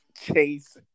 chase